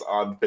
on